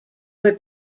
were